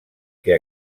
que